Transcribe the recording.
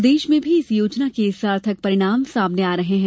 प्रदेश में भी इस योजना के सार्थक परिणाम सामने आ रहे हैं